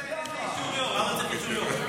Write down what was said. איזה אישור יו"ר?